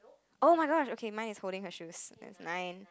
oh-my-gosh okay mine is holding her shoes that's nine